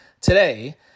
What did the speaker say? today